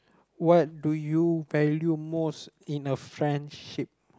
what do you value most in a friendship